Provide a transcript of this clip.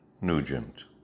Nugent